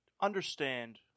understand